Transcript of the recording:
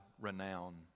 renown